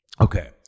Okay